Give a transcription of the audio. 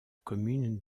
commune